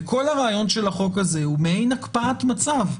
וכל הרעיון של החוק הזה הוא מעין הקפאת מצב.